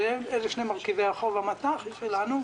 שהם שני מרכיבי החוב במט"ח שלנו,